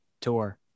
tour